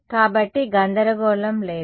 కాబట్టి గందరగోళం లేదు సరే